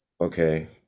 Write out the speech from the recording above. okay